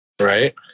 Right